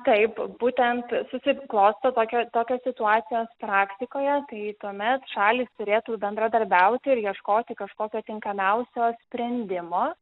taip būtent susiklosto tokio tokios situacijos praktikoje tai tuomet šalys turėtų bendradarbiauti ir ieškoti kažkokio tinkamiausio sprendimo